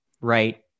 right